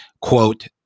quote